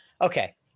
Okay